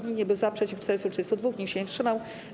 Nikt nie był za, przeciw - 432, nikt się nie wstrzymał.